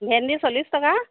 ভেন্দি চল্লিছ টকা